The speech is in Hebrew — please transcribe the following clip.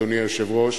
אדוני היושב-ראש,